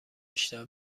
بیشتر